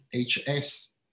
HS